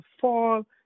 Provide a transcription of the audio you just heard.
fall